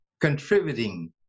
contributing